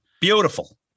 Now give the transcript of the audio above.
Beautiful